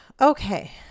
Okay